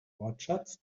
wortschatz